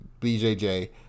BJJ